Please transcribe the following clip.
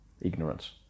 ignorance